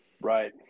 Right